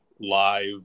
live